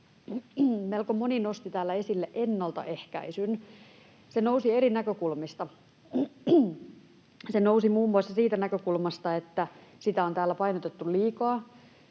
Melko moni nosti täällä esille ennaltaehkäisyn. Se nousi eri näkökulmista. Se nousi muun muassa siitä näkökulmasta, että sitä on täällä painotettu liikaa.